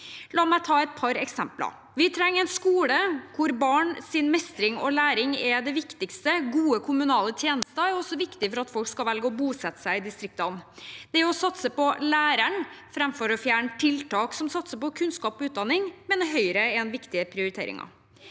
La meg ta et par eksempler: Vi trenger en skole der barns mestring og læring er det viktigste, og gode kommunale tjenester er også viktig for at folk skal velge å bosette seg i distriktene. Det å satse på læreren framfor å fjerne tiltak som satser på kunnskap og utdanning, mener Høyre er viktige prioriteringer.